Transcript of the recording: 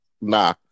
Nah